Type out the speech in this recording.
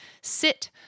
sit